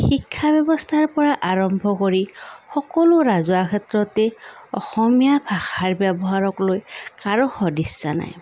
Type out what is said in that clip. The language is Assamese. শিক্ষা ব্যৱস্থাৰ পৰা আৰম্ভ কৰি সকলো ৰাজহুৱা ক্ষেত্ৰতেই অসমীয়া ভাষাৰ ব্যৱহাৰক লৈ কাৰো সদিচ্ছা নাই